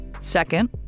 second